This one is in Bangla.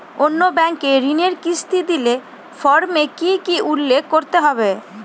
অন্য ব্যাঙ্কে ঋণের কিস্তি দিলে ফর্মে কি কী উল্লেখ করতে হবে?